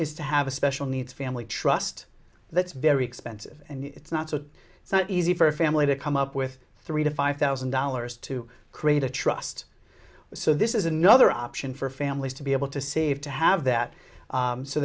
is to have a special needs family trust that's very expensive and it's not so easy for a family to come up with three to five thousand dollars to create a trust so this is another option for families to be able to save to have that